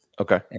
Okay